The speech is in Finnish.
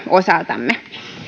osaltamme